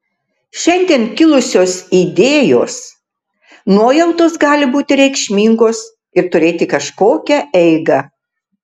šiandien kilusios idėjos nuojautos gali būti reikšmingos ir turėti kažkokią eigą